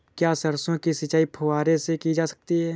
क्या सरसों की सिंचाई फुब्बारों से की जा सकती है?